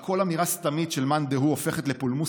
שבה כל אמירה סתמית של מאן דהוא הופכת לפולמוס